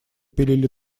пилили